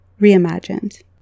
reimagined